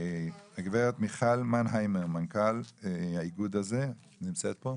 הגברת מיכל מנהיימר, מנכ"ל האיגוד הזה, נמצאת פה?